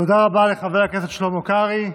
תודה רבה לחבר הכנסת שלמה קרעי.